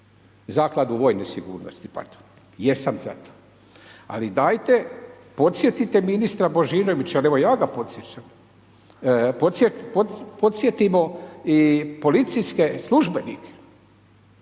zakladu vojne sigurnosti, pardon, jesam za to ali dajte podsjetite ministra Božinovića, evo ja ga podsjećam, podsjetimo i policijske službenike,